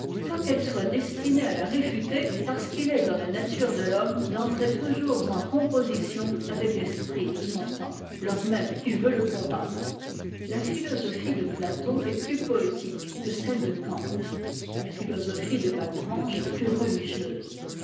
quoiqu'elle soit destinée à la réfuter parce qu'il est dans la nature de l'homme d'entrer toujours en composition avec l'esprit de son temps lors même qu'il veut le combattre la philosophie de platon est plus poétique que celle de kant la philosophie de malebranche plus religieuse